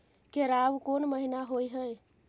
केराव कोन महीना होय हय?